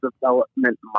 development